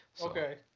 Okay